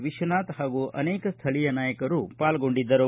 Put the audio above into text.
ವಿಶ್ವನಾಥ್ ಹಾಗೂ ಅನೇಕ ಸ್ವಳಿಯ ನಾಯಕರು ಪಾಲ್ಗೊಂಡಿದ್ದರು